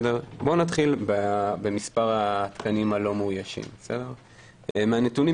נתחיל במספר התקנים הלא מאוישים מהנתונים